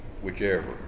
whichever